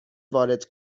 وارد